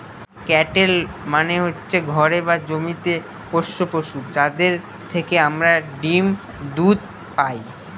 cattle মানে হচ্ছে ঘরে বা জমিতে পোষ্য পশু, যাদের থেকে আমরা ডিম দুধ পায়